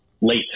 late